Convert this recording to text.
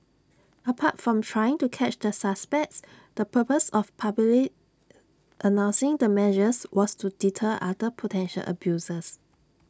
apart from trying to catch the suspects the purpose of publicly announcing the measures was to deter other potential abusers